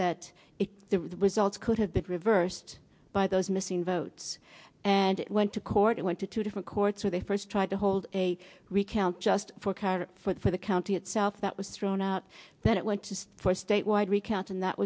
that the results could have been reversed by those missing votes and it went to court it went to two different courts where they first tried to hold a recount just for card for the county itself that was thrown out then it went to four statewide recount and that